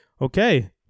okay